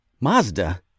Mazda